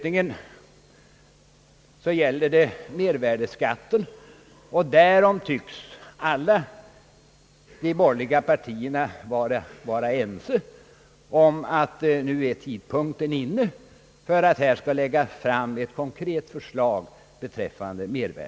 I fråga om mervärdeskatten tycks alla de borgerliga partierna vara ense om att tidpunkten nu är inne, då det skall läggas fram ett konkret förslag härom.